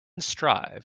strive